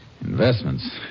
Investments